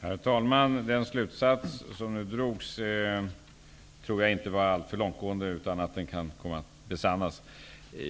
Herr talman! Den slutsats som nu drogs var inte alltför långtgående. Den kan nog komma att besannas.